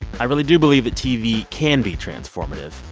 i really do believe that tv can be transformative.